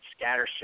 Scattershot